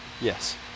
Yes